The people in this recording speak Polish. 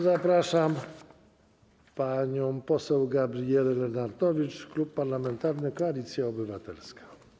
Zapraszam panią poseł Gabrielę Lenartowicz, Klub Parlamentarny Koalicja Obywatelska.